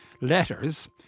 letters